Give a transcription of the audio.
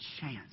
chance